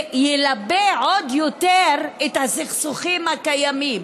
וילבה עוד יותר את הסכסוכים הקיימים.